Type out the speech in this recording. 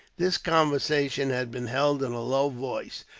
this conversation had been held in a low voice.